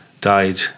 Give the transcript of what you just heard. died